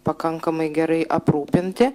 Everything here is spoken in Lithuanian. pakankamai gerai aprūpinti